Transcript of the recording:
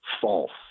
false